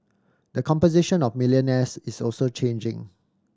the composition of millionaires is also changing